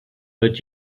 but